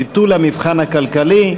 ביטול המבחן הכלכלי),